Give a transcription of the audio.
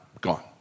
gone